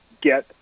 get